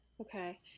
Okay